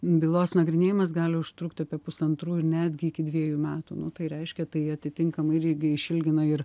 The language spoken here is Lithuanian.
bylos nagrinėjimas gali užtrukti apie pusantrų ir netgi iki dviejų metų nu tai reiškia tai atitinkamai irgi išilgina ir